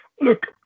Look